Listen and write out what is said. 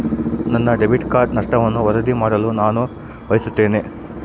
ನನ್ನ debit card ನಷ್ಟವನ್ನು ವರದಿ ಮಾಡಲು ನಾನು ಬಯಸುತ್ತೇನೆ